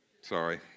Sorry